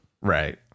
Right